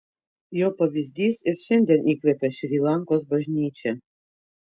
jo pavyzdys ir šiandien įkvepia šri lankos bažnyčią